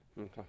Okay